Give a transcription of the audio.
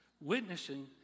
Witnessing